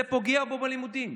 זה פוגע בו בלימודים.